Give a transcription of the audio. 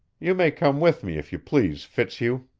you may come with me, if you please, fitzhugh.